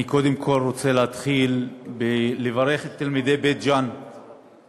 אני, קודם כול, רוצה לברך את תלמידי בית-ג'ן על כך